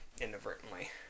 inadvertently